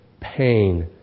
Pain